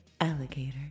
alligator